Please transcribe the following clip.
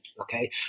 okay